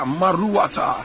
maruata